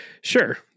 Sure